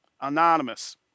Anonymous